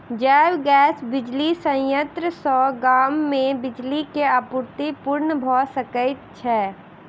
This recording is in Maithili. जैव गैस बिजली संयंत्र सॅ गाम मे बिजली के आपूर्ति पूर्ण भ सकैत छै